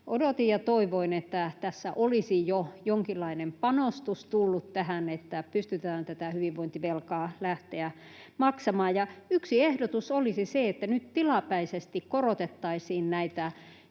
odotin ja toivoin, että tässä olisi jo jonkinlainen panostus tullut tähän, että pystyttäisiin lähtemään tätä hyvinvointivelkaa maksamaan. Yksi ehdotus olisi se, että nyt tilapäisesti korotettaisiin näitä